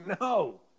No